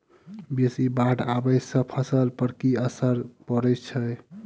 बेसी बाढ़ आबै सँ फसल पर की असर परै छै?